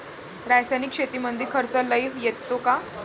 रासायनिक शेतीमंदी खर्च लई येतो का?